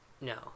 No